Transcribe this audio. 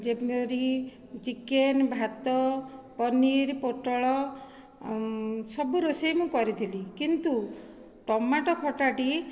ଯେପରି ଚିକେନ ଭାତ ପନିର୍ ପୋଟଳ ସବୁ ରୋଷେଇ ମୁଁ କରିଥିଲି କିନ୍ତୁ ଟମାଟୋ ଖଟାଟି